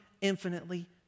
infinitely